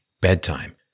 bedtime